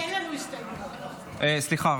סליחה,